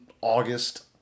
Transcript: August